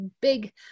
big